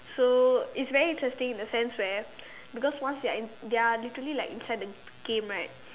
so it's very interesting in a sense where because once you are in they are literally in the game right